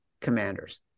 Commanders